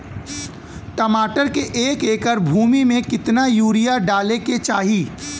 टमाटर के एक एकड़ भूमि मे कितना यूरिया डाले के चाही?